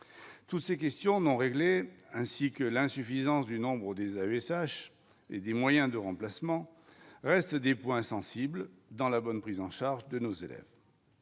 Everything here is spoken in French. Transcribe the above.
toutes ces questions non réglées, ainsi que l'insuffisance du nombre des ASH et des moyens de remplacement restent des points sensibles dans la bonne prise en charge de nos élèves,